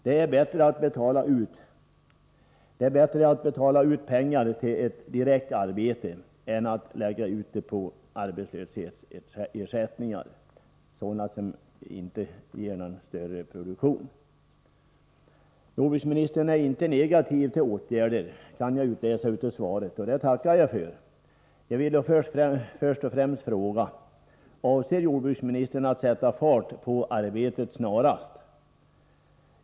Det är bättre att betala ut pengar för ett direkt arbete än att lägga ut pengarna på arbetslöshetsersättningar som inte ger någon större produktion. Jordbruksministern är inte negativ till åtgärder, kan jag utläsa av svaret. Det tackar jag för. Jag vill då först och främst fråga: Avser jordbruksministern att sätta fart på arbetet snarast?